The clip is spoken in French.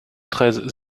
treize